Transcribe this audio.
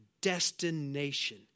destination